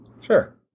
Sure